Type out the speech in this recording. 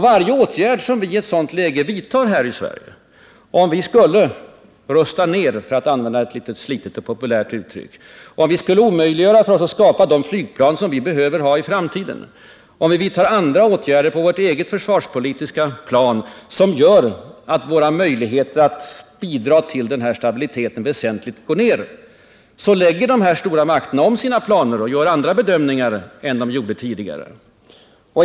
Varje åtgärd som vi i ett sådant läge vidtar här i Sverige är därför av betydelse. Om vi skulle rusta ner, för att använda ett populärt och litet slitet uttryck, om vi skulle omöjliggöra för oss att skapa de flygplan som vi behöver ha i framtiden eller om vi vidtar andra åtgärder i vårt försvarspolitiska handlande som gör att våra möjligheter att bidra till stabiliteten väsentligt går ner, då lägger de stora makterna om sina planer och gör andra bedömningar än de gjort tidigare.